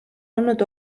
olnud